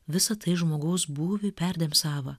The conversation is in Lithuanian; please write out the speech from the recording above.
visa tai žmogaus būviui perdėm sava